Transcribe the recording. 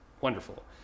wonderful